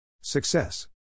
Success